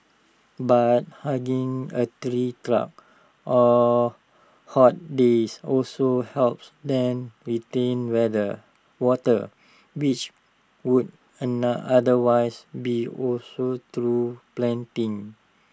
but hugging A tree trunk on hot days also helps then retain weather water which would otherwise be also through panting